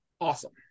awesome